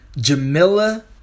Jamila